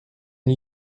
une